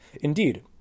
Indeed